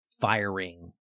firing